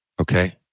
okay